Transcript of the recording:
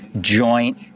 joint